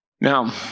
Now